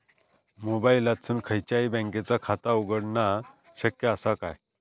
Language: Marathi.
मोबाईलातसून खयच्याई बँकेचा खाता उघडणा शक्य असा काय?